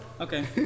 Okay